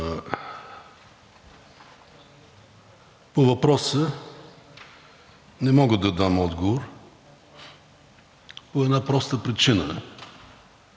По въпроса не мога да дам отговор по една проста причина.